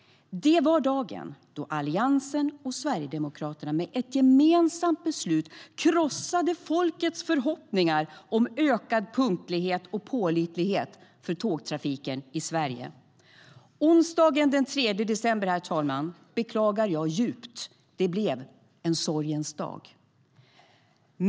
Det var dagen då Alliansen och Sverigedemokraterna med ett gemensamt beslut krossade folkets förhoppningar om ökad punktlighet och pålitlighet för tågtrafiken i Sverige.Onsdagen den 3 december, herr talman, beklagar jag djupt. Det blev en sorgens dag.